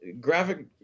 graphic